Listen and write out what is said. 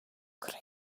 creo